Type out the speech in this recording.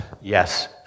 Yes